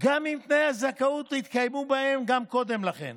גם אם תנאי הזכאות התקיימו בהם גם קודם לכן.